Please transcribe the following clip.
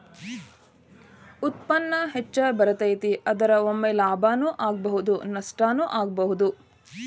ಉತ್ಪನ್ನಾ ಹೆಚ್ಚ ಬರತತಿ, ಆದರ ಒಮ್ಮೆ ಲಾಭಾನು ಆಗ್ಬಹುದು ನಷ್ಟಾನು ಆಗ್ಬಹುದು